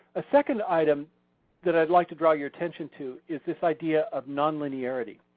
a second item that i'd like to draw your attention to is this idea of non-linearity.